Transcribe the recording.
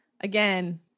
Again